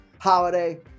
holiday